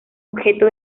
objeto